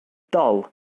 dull